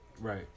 Right